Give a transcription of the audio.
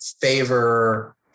favor